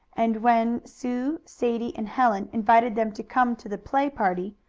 and when sue, sadie and helen invited them to come to the play-party,